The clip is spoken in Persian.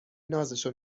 نازشو